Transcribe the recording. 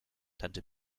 tante